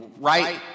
right